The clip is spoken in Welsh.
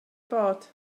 bod